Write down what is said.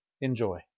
Enjoy